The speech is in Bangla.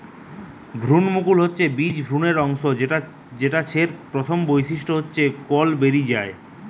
ভ্রূণমুকুল হচ্ছে বীজ ভ্রূণের অংশ যেটা ছের প্রথম বৈশিষ্ট্য হচ্ছে কল বেরি যায়